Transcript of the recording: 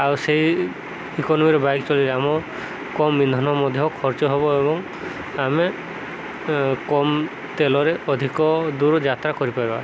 ଆଉ ସେଇ ଇକୋନମିରେ ବାଇକ୍ ଚଲେଇଲେ ଆମର କମ୍ ଇନ୍ଧନ ମଧ୍ୟ ଖର୍ଚ୍ଚ ହେବ ଏବଂ ଆମେ କମ୍ ତେଲରେ ଅଧିକ ଦୂର ଯାତ୍ରା କରିପାରିବା